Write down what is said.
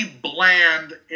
bland